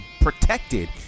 protected